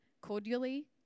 cordially